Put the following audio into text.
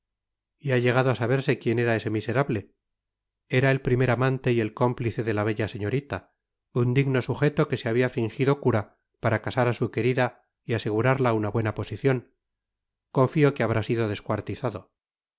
y ha llegado á saberse quien era ese miserable era el primer amante y el cómplice de la bella señorita un digno sugeto que se babia fingido cura para casar á su querida y asegurarla una buena posicion confio que habrá sido descuartizado